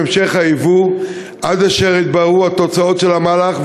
המשך הייבוא עד אשר יתבררו התוצאות של המהלך.